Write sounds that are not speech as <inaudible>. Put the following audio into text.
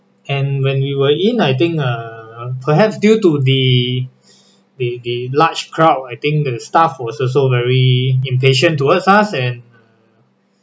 and when we were in I think err perhaps due to the <breath> the the large crowd I think the staff was also very impatient to us and err